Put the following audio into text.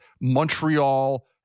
Montreal